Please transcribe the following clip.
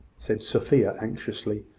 said sophia, anxiously.